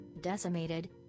Decimated